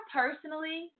personally